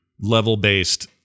level-based